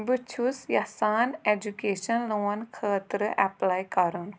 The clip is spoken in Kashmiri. بہٕ چھُس یژھان اٮ۪جُوکیشن لون خٲطرٕ اٮ۪پلاے کرُن